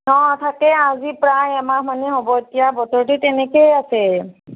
অঁ থাকে আজি প্ৰায় এমাহমানেই হ'ব এতিয়া বতৰটো তেনেকেই আছে